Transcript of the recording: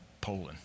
Poland